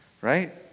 Right